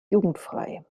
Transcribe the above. jugendfrei